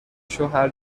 شوهر